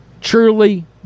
truly